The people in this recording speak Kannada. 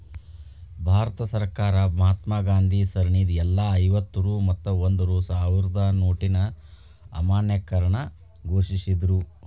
ಭಾರತ ಸರ್ಕಾರ ಮಹಾತ್ಮಾ ಗಾಂಧಿ ಸರಣಿದ್ ಎಲ್ಲಾ ಐವತ್ತ ರೂ ಮತ್ತ ಒಂದ್ ರೂ ಸಾವ್ರದ್ ನೋಟಿನ್ ಅಮಾನ್ಯೇಕರಣ ಘೋಷಿಸಿದ್ರು